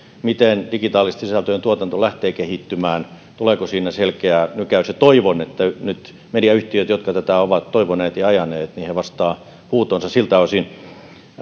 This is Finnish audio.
miten digitaalisten sisältöjen tuotanto lähtee kehittymään tuleeko siinä selkeä nykäys toivon että nyt mediayhtiöt jotka tätä ovat toivoneet ja ajaneet vastaavat huutoonsa siltä osin